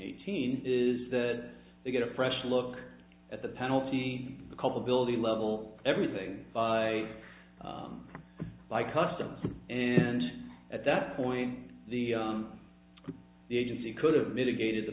eighteen is that they get a fresh look at the penalty the culpability level everything by by customs and at that point the the agency could have mitigated the